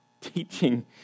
teaching